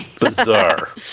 bizarre